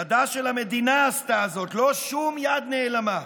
ידה של המדינה עשתה זאת, לא שום יד נעלמה.